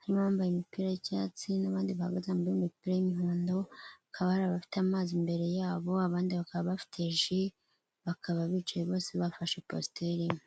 harimo abambaye imipira y'icyatsi, n'abandi bambaye imipira y'umuhondo hakaba hari abafite amazi imbere yabo abandi bakaba bafite ji. Bakaba bicaye bose bafashe positeri imwe.